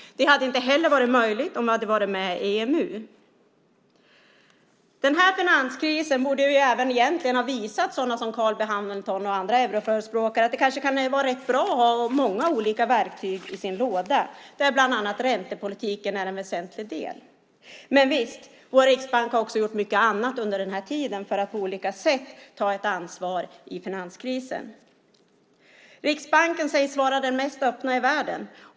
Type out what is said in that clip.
Det hade inte heller varit möjligt om vi hade varit med i EMU. Den här finanskrisen borde även egentligen ha visat sådana som Carl B Hamilton och andra euroförespråkare att det kanske kan vara rätt bra att ha många olika verktyg i sin låda, där bland annat räntepolitiken är en väsentlig del. Men visst: Vår riksbank har också gjort mycket annat under den här tiden för att på olika sätt ta ansvar i finanskrisen. Riksbanken i Sverige sägs vara den mest öppna i världen.